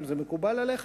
אם זה מקובל עליך